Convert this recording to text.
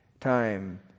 time